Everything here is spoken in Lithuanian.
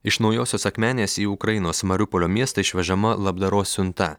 iš naujosios akmenės į ukrainos mariupolio miestą išvežama labdaros siunta